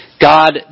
God